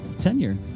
tenure